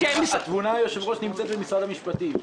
התבונה נמצאת במשרד המשפטים,